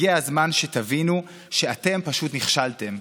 הגיע הזמן שתבינו שאתם פשוט נכשלתם.